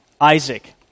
Isaac